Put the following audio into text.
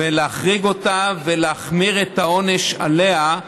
להחריג אותה ולהחמיר את העונש עליה,